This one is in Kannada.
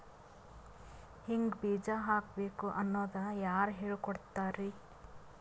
ಹಿಂಗ್ ಬೀಜ ಹಾಕ್ಬೇಕು ಅನ್ನೋದು ಯಾರ್ ಹೇಳ್ಕೊಡ್ತಾರಿ?